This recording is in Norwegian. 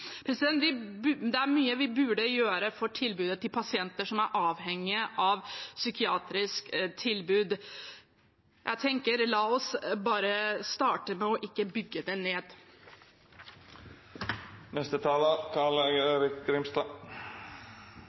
Det er mye vi burde gjøre for pasienter som er avhengige av psykiatrisk tilbud. Jeg tenker: La oss bare starte med å ikke bygge det ned.